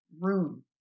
room